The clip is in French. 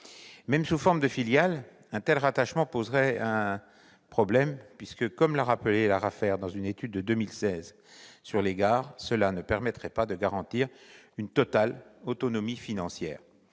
Même sous forme de filiale, un tel rattachement poserait problème, puisque, comme l'a rappelé l'ARAFER dans une étude de 2016 sur les gares, cela « ne permettrait pas de garantir une totale autonomie financière,